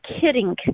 kidding